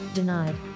denied